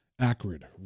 acrid